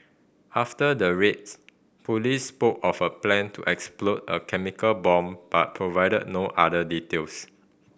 after the raids police spoke of a plan to explode a chemical bomb but provided no other details